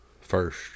first